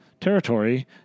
territory